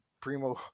Primo